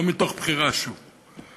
לא מתוך בחירה, שוב.